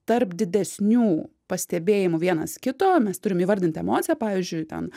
tarp didesnių pastebėjimų vienas kito mes turim įvardint emociją pavyzdžiui ten